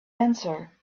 answer